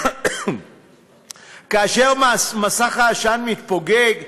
כאשר מסך העשן מתפוגג,